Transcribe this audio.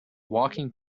walking